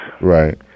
Right